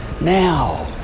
now